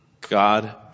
God